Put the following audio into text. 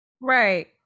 Right